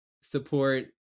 support